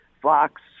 Fox